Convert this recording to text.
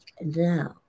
no